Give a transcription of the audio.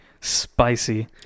spicy